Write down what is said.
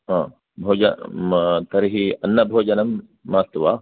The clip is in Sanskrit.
भोज तर्हि अन्नभोजनं मास्तु वा